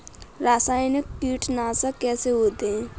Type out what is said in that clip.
रासायनिक कीटनाशक कैसे होते हैं?